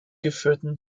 geführten